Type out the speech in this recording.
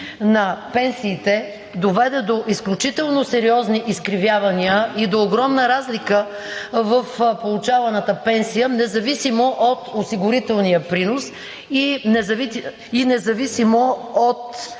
на пенсиите доведе до изключително сериозни изкривявания и до огромна разлика в получаваната пенсия, независимо от осигурителния принос и независимо от